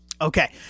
Okay